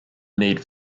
need